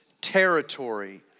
territory